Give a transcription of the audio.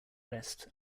rest